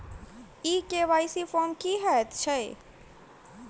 ई KYC form की हएत छै?